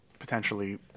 Potentially